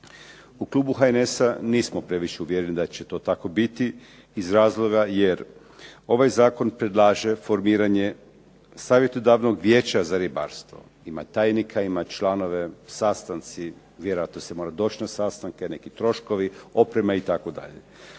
U klubu HNS-a nismo previše uvjereni da će to tako biti iz razloga jer ovaj zakon predlaže formiranje savjetodavnog vijeća za ribarstvo. Ima tajnika, ima članove, sastanci, vjerojatno se mora doći na sastanke, neki troškovi, oprema itd.